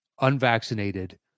unvaccinated